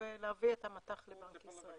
ולהביא את המט"ח לבנק ישראל.